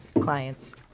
clients